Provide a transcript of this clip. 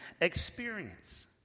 experience